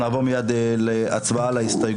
טוב אנחנו נעבור מיד להצבעה על ההסתייגויות,